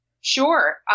Sure